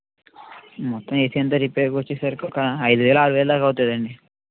మొత్తం ఏసీ అంతా రిపేర్కి వచ్చేసరికి ఒక ఐదు వేలు ఆరు వేలు దాకా అవుతుందండి